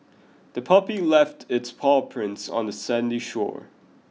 the puppy left its paw prints on the sandy shore